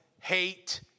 hate